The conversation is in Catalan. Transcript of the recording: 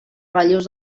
relleus